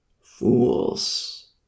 Fools